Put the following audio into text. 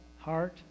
Heart